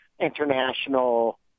international